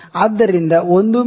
ಆದ್ದರಿಂದ 1 ಮಿ